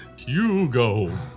Hugo